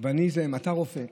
אתה רופא,